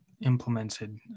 implemented